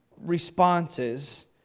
responses